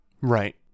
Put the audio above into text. Right